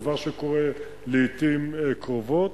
דבר שקורה לעתים קרובות,